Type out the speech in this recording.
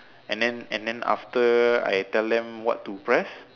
and then and then after I tell them what to press